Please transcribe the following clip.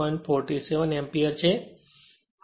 47 એમ્પીયરછે